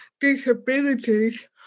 disabilities